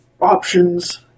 options